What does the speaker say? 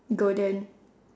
golden